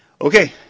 Okay